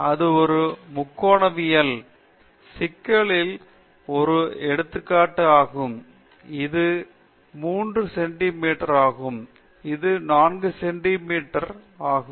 இது ஒரு முக்கோணவியல் சிக்கலில் ஒரு எடுத்துக்காட்டு ஆகும் இது 3 சென்டி மீட்டர் ஆகும் இது 4 சென்டிமீட்டர் ஆகும்